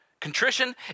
Contrition